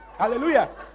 Hallelujah